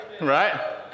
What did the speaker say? Right